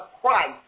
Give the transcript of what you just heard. Christ